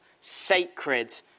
sacred